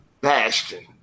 Bastion